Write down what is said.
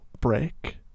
break